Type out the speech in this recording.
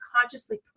consciously